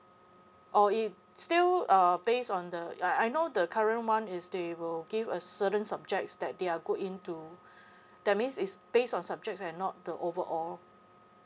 or if still uh based on the I I know the current one is they will give a certain subjects that they are good in to that means is based on subjects and not the overall